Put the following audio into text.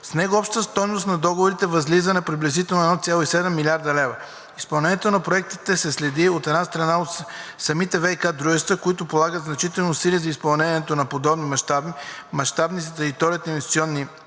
С него общата стойност на договорите възлиза на приблизително 1,7 млрд. лв. Изпълнението на проектите се следи, от една страна, от самите ВиК дружества, които полагат значителни усилия за изпълнение на подобни мащабни за териториите им инвестиционни